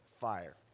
fire